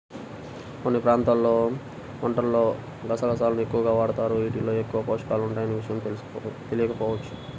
కొన్ని ప్రాంతాల్లో వంటల్లో గసగసాలను ఎక్కువగా వాడరు, యీటిల్లో ఎక్కువ పోషకాలుండే విషయం తెలియకపోవచ్చు